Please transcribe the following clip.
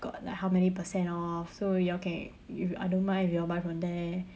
got like how many percent off so you all can if I don't mind if you all buy from there